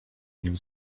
nim